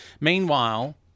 Meanwhile